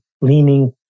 leaning